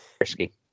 risky